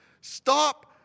Stop